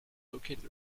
located